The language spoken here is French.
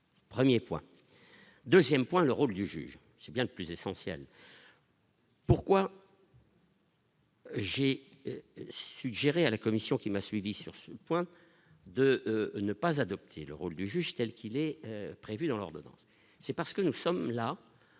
1er point 2ème point le rôle du juge, c'est bien plus essentiel. J'ai suggéré à la commission qui m'a suivi sur ce point, de ne pas adopter le rôle du juge-t-elle qu'il est prévu dans l'ordonnance,